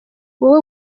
wowe